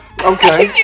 Okay